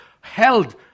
held